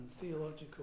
theological